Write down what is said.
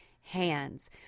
hands